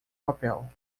papel